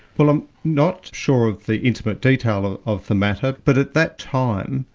well i'm not sure of the intimate detail of the matter, but at that time,